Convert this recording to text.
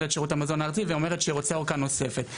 שירות המזון הארצי ואומרת שהיא רוצה אורכה נוספת.